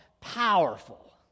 powerful